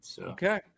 Okay